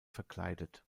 verkleidet